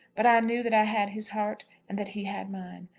but i knew that i had his heart and that he had mine.